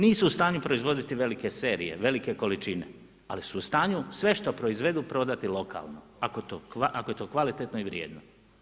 Nisu u stanju proizvoditi velike serije, velike količine ali su u stanju sve što proizvedu prodati lokalno ako je to kvalitetno i vrijedno.